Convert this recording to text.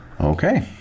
Okay